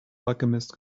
alchemist